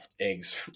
eggs